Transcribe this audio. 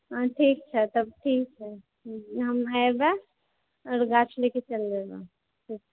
हँ ठीक छै तब ठीक हय आओर गाछ लए कऽ चलि जेबहुँ